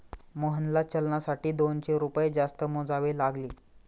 मोहनला चलनासाठी दोनशे रुपये जास्त मोजावे लागले